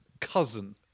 cousin